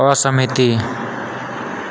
असहमति